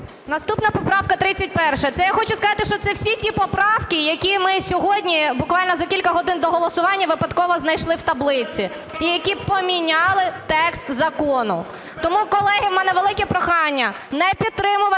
хочу сказати, що це всі ті поправки, які ми сьогодні буквально за кілька годин до голосування, випадково знайшли в таблиці. І, які поміняли текст закону. Тому, колеги, у мене велике прохання не підтримувати